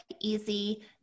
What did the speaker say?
easy